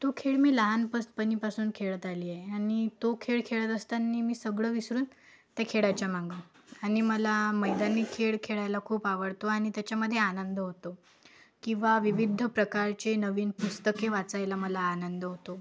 तो खेळ मी लहानपस् पणीपासून खेळत आली आहे आणि तो खेळ खेळत असताना मी सगळं विसरून ते खेळायच्या मागं आणि मला मैदानी खेळ खेळायला खूप आवडतो आणि त्याच्यामध्ये आनंद होतो किंवा विविध प्रकारचे नवीन पुस्तके वाचायला मला आनंद होतो